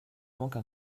manque